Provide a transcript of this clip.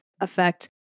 effect